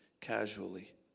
casually